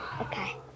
Okay